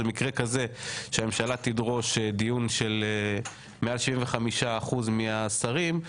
זה מקרה כזה שהממשלה תדרוש דיון של מעל 75% מהשרים,